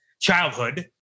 childhood